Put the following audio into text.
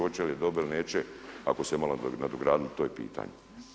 Hoće li je dobiti ili neće ako su malo nadogradili to je pitanje.